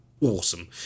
awesome